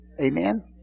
Amen